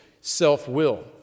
self-will